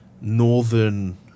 northern